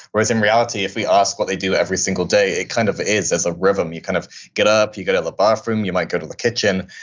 whereas in reality, if we ask what they do every single day, it kind of is as a rhythm. you kind of get up, you go to the bathroom, you might go to the kitchen.